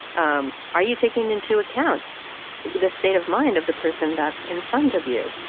um are you taking into account the state of mind of the person that's in front of you?